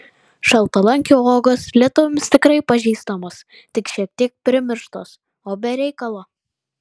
šaltalankio uogos lietuviams tikrai pažįstamos tik šiek tiek primirštos o be reikalo